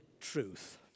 truth